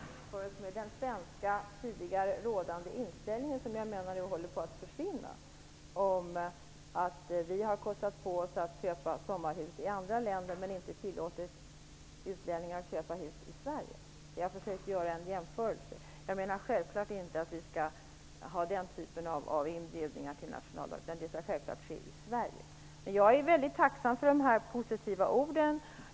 Fru talman! Jag har försökt göra en jämförelse med den tidigare rådande svenska inställningen - som nu håller på att försvinna - som har inneburit att vi har kostat på oss att köpa sommarhus i andra länder men inte tillåtit utlänningar att köpa hus i Sverige. Jag menar självfallet inte att vi skall ha den typen av inbjudningar till nationaldagen, utan det skall ske i Jag är mycket tacksam för de positiva orden.